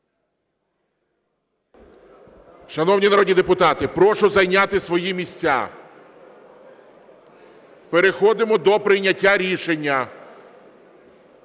Шановні народні депутати, прошу зайняти свої місця. Переходимо до прийняття рішення.